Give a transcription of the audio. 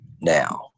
now